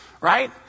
right